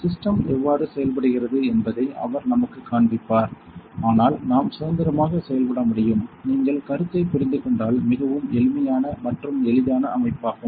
system எவ்வாறு செயல்படுகிறது என்பதை அவர் நமக்குக் காண்பிப்பார் ஆனால் நாம் சுதந்திரமாக செயல்பட முடியும் நீங்கள் கருத்தைப் புரிந்துகொண்டால் மிகவும் எளிமையான மற்றும் எளிதான அமைப்பாகும்